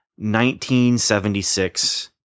1976